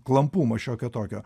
klampumo šiokio tokio